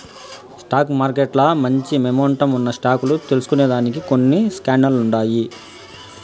stock మార్కెట్ల మంచి momentum ఉన్న స్టాక్ లు తెల్సుకొనేదానికి కొన్ని స్కానర్లుండాయి